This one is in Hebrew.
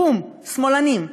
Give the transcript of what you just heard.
בום, שמאלנים.